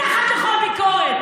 מתחת לכל ביקורת.